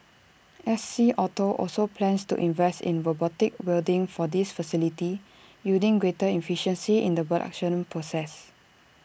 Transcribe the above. S C auto also plans to invest in robotic welding for this facility yielding greater efficiency in the production process